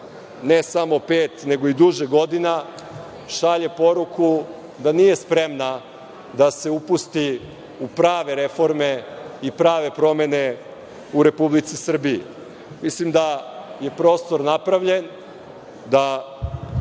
ne samo pet nego i duže godina, šalje poruku da nije spremna da se upusti u prave reforme i prave promene u Republici Srbiji. Mislim da je prostor napravljen, da